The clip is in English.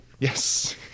Yes